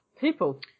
People